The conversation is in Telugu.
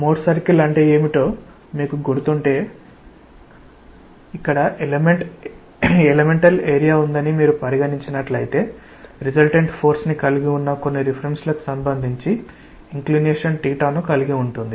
మోర్ సర్కిల్ అంటే ఏమిటో మీకు గుర్తుంటే ఎలిమెంటల్ ఏరియా ఉందని మీరు పరిగణించినట్లయితే రిసల్టెంట్ ఫోర్స్ ని కలిగి ఉన్న కొన్ని రిఫరెన్స్ లకు సంబంధించి ఇంక్లినేషన్ ను కలిగి ఉంటుంది